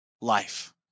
life